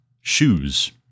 shoes